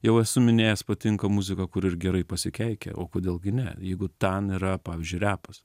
jau esu minėjęs patinka muzika kur ir gerai pasikeikia o kodėl gi ne jeigu ten yra pavyzdžiui repas